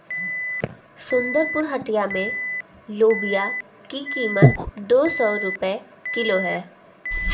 सुंदरपुर हटिया में लोबिया की कीमत दो सौ रुपए किलो है